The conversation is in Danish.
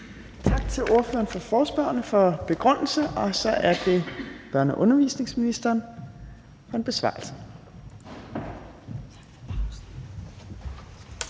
Tak til ordføreren for forespørgerne for en begrundelse. Og så er det børne- og undervisningsministeren for en besvarelse.